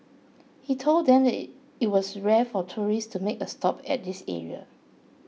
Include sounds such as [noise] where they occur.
he told them that [hesitation] it was rare for tourists to make a stop at this area